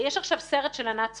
יש עכשיו סרט של ענת צוריה,